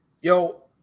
Yo